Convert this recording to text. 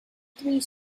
three